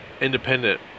independent